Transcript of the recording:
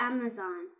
Amazon